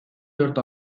dört